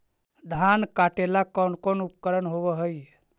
धान काटेला कौन कौन उपकरण होव हइ?